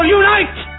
unite